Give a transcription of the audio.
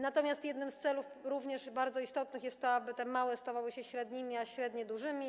Natomiast jednym z celów, również bardzo istotnych, jest to, aby te małe firmy stawały się średnimi, a średnie - dużymi.